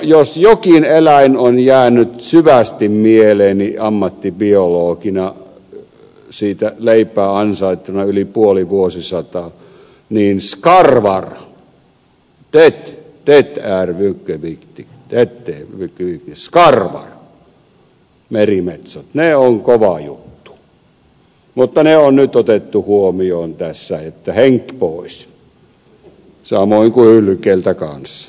jos jokin eläin on jäänyt syvästi mieleen ammattibiologina siitä leipää yli puoli vuosisataa ansainneena niin skarvar det är mycket viktigt det är mycket viktigt skarvar merimetsot ovat kova juttu mutta ne on nyt otettu huomioon tässä että henki pois samoin kuin hylkeiltä kans